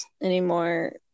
anymore